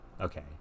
Okay